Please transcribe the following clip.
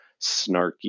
snarky